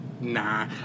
Nah